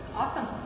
Awesome